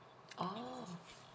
oh